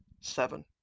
seven